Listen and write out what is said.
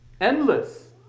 Endless